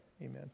Amen